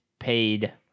paid